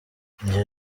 njye